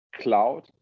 cloud